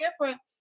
different